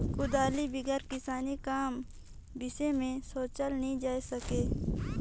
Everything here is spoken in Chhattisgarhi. कुदारी बिगर किसानी काम कर बिसे मे सोचल नी जाए सके